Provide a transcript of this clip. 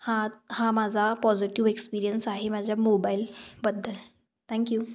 हा हा माझा पॉझिटिव एक्सपीरियन्स आहे माझ्या मोबाइल बद्दल थँक यू